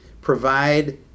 provide